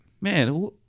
Man